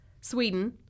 sweden